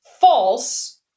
false